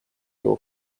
его